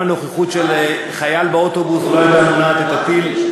גם הנוכחות של חייל באוטובוס לא הייתה מונעת את הטיל.